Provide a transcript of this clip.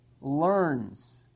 learns